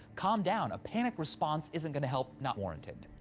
calm down. a panic response isn't gonna help not warranted.